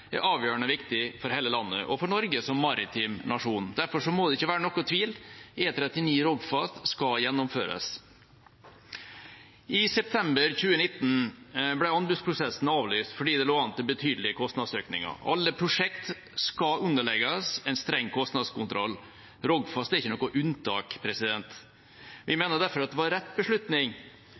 er avgjørende viktig for hele landet og for Norge som maritim nasjon. Derfor må det ikke være noen tvil: E39 Rogfast skal gjennomføres. I september 2019 ble anbudsprosessen avlyst fordi det lå an til betydelige kostnadsøkninger. Alle prosjekt skal underlegges en streng kostnadskontroll, og Rogfast er ikke noe unntak. Vi mener derfor det var rett beslutning